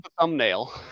thumbnail